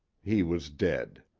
he was dead.